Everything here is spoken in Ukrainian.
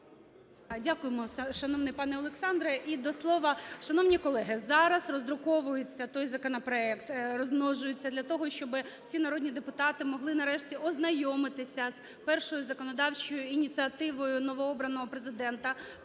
Дякуємо, шановний пане Олександре. І до слова... Шановні колеги, зараз роздруковується той законопроект, розмножується, для того щоби всі народні депутати могли нарешті ознайомитися з першою законодавчою ініціативою новообраного Президента,